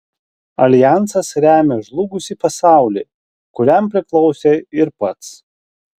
aljansas remia žlugusį pasaulį kuriam priklausė ir pats